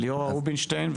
ליאורה רובינשטיין.